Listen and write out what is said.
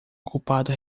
ocupado